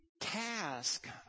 task